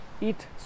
Eat